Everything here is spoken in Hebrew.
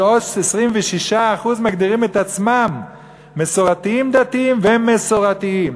ש-26% מגדירים את עצמם מסורתיים-דתיים ומסורתיים.